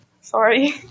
sorry